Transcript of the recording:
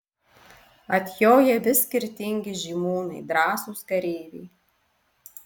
atjoja vis skirtingi žymūnai drąsūs kareiviai